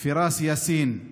פיראס יאסין,